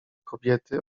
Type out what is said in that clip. kobiety